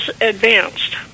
advanced